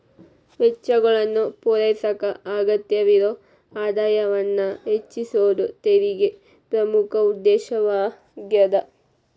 ವೆಚ್ಚಗಳನ್ನ ಪೂರೈಸಕ ಅಗತ್ಯವಿರೊ ಆದಾಯವನ್ನ ಹೆಚ್ಚಿಸೋದ ತೆರಿಗೆ ಪ್ರಮುಖ ಉದ್ದೇಶವಾಗ್ಯಾದ